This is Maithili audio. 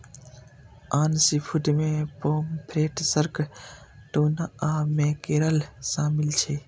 आन सीफूड मे पॉमफ्रेट, शार्क, टूना आ मैकेरल शामिल छै